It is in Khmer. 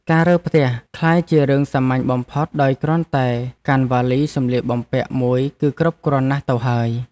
ការរើផ្ទះក្លាយជារឿងសាមញ្ញបំផុតដោយគ្រាន់តែកាន់វ៉ាលីសម្លៀកបំពាក់មួយគឺគ្រប់គ្រាន់ណាស់ទៅហើយ។